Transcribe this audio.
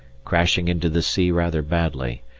crashing into the sea rather badly,